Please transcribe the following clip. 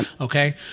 okay